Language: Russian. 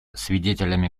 свидетелями